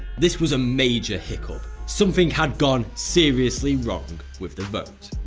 this was a major hiccup, something had gone seriously wrong with the vote.